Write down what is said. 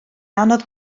anodd